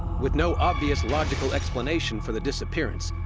with no obvious logical explanation for the disappearance,